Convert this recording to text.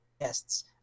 guests